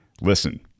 Listen